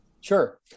Sure